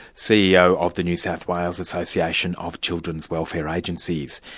ceo of the new south wales association of children's welfare agencies.